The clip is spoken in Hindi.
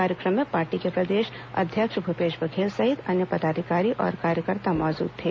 कार्यक्रम में पार्टी के प्रदेश अध्यक्ष भूपेश बघेल सहित अन्य पदाधिकारी और कार्यकर्ता मौजूद थे